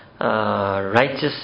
righteous